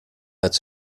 met